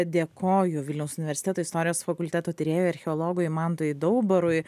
dėkoju vilniaus universiteto istorijos fakulteto tyrėjui archeologui mantui daubarui